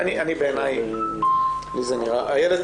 איילת